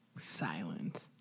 Silent